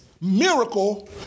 miracle